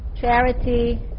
charity